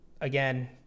Again